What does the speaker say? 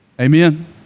Amen